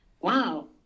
wow